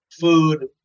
food